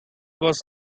was